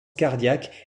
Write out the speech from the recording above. cardiaque